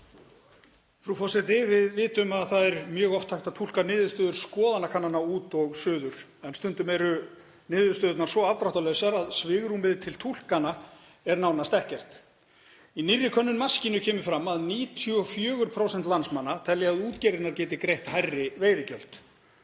Frú forseti. Við vitum að það er mjög oft hægt að túlka niðurstöður skoðanakannana út og suður en stundum eru niðurstöðurnar svo afdráttarlausar að svigrúmið til túlkana er nánast ekkert. Í nýrri könnun Maskínu kemur fram að 94% landsmanna telja að útgerðirnar geti greitt hærri veiðigjöld.